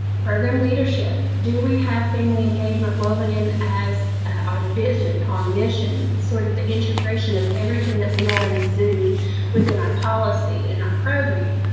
program leadership do we have family engagement woven in as our vision, our mission, sort of the integration of everything that we are and exude within our policy and our program.